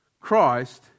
Christ